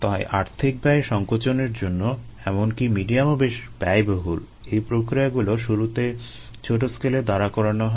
তাই আর্থিক ব্যয় সংকোচনের জন্য এমনকি মিডিয়ামও বেশ ব্যয়বহুল এই প্রক্রিয়াগুলো শুরুতে ছোট স্কেলে দাঁড়া করানো হয়